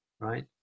Right